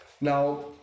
Now